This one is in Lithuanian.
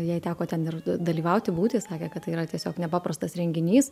jai teko ten ir dalyvauti būti sakė kad tai yra tiesiog nepaprastas renginys